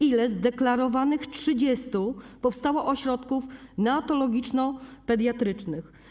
Ile z deklarowanych 30 powstało ośrodków neonatologiczno-pediatrycznych?